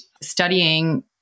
studying